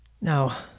Now